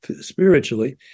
spiritually